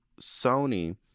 Sony